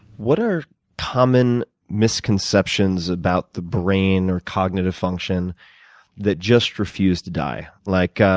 what are common misconceptions about the brain or cognitive function that just refuse to die? like